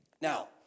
Now